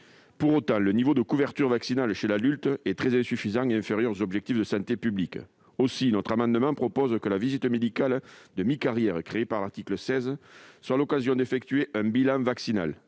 Pour autant, le niveau de couverture vaccinale chez l'adulte est très insuffisant et inférieur aux objectifs de santé publique. Aussi, cet amendement vise à ce que la visite médicale de mi-carrière créée par l'article 16 soit l'occasion d'effectuer un bilan vaccinal.